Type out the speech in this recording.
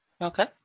Okay